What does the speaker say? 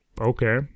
okay